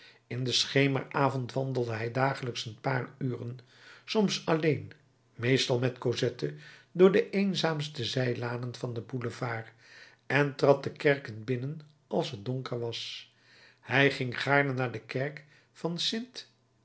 in den schemeravond wandelde hij dagelijks een paar uren soms alleen meestal met cosette door de eenzaamste zijlanen van den boulevard en trad de kerken binnen als t donker was hij ging gaarne naar de kerk van st